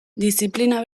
diziplina